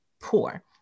poor